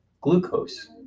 glucose